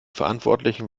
verantwortlichen